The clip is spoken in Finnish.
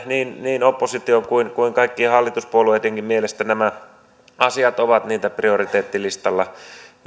niin niin opposition kuin kuin kaikkien hallituspuolueidenkin mielestä nämä asiat ovat prioriteettilistalla